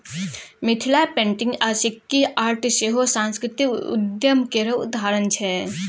Mithila painting आ Sikki art सेहो सास्कृतिक उद्यम केर उदाहरण छै